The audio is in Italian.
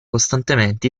costantemente